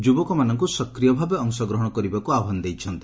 ଯୁବକମାନଙ୍କୁ ସକ୍ରିୟ ଭାବେ ଅଂଶଗ୍ରହଶ କରିବାକୁ ଆହ୍ୱାନ ଦେଇଛନ୍ତି